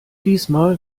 diesmal